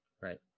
Right